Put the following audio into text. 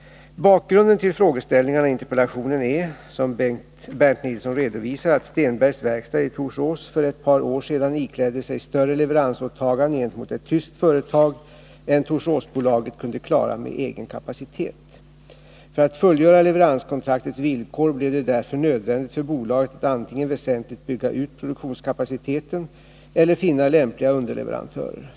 Bakgrunden till frågeställningarna i interpellationen är, som Bernt Nilsson redovisar, att Stenbergs Verkstad i Torsås för ett par år sedan iklädde sig större leveransåtaganden gentemot ett tyskt företag än Torsåsbolaget kunde klara med egen kapacitet. För att fullgöra leveranskontraktets villkor blev det därför nödvändigt för bolaget att antingen väsentligt bygga ut produktionskapaciteten eller finna lämpliga underleverantörer.